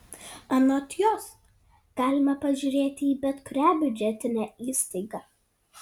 anot jos galima pažiūrėti į bet kurią biudžetinę įstaigą